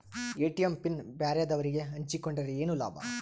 ATM PIN ಬ್ಯಾರೆದವರಗೆ ಹಂಚಿಕೊಂಡರೆ ಏನು ಲಾಭ?